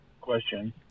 question